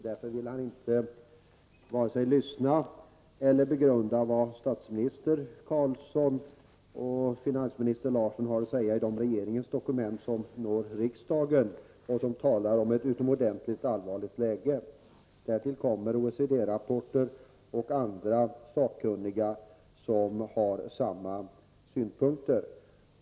Därför vill han inte vare sig lyssna eller begrunda vad statsminister Carlsson och finansminister Larsson har att säga i regeringens dokument som når riksdagen och där det talas om ett utomordentligt allvarligt läge. Därtill kommer OECD-rapporter och uppgifter från andra sakkunniga som har samma synpunkter.